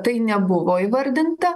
tai nebuvo įvardinta